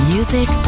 Music